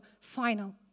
final